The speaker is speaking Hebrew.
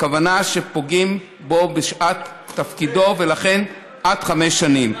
הכוונה שפוגעים בו בשעת תפקידו, ולכן עד חמש שנים.